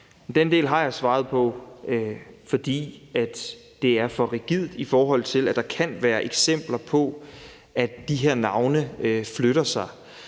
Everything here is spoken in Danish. Den del har jeg svaret på: fordi det er for rigidt, i forhold til at der kan være eksempler på, at de her navne flytter sig.